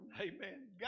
Amen